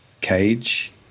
cage